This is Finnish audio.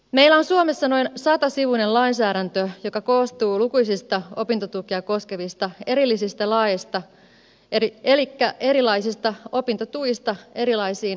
meillä on suomessa noin satasivuinen lainsäädäntö joka koostuu lukuisista opintotukia koskevista erillisistä laeista elikkä erilaisista opintotuista erilaisiin elämäntilanteisiin